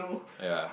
ya